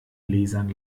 lasern